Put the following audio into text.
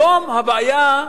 היום הבעיה,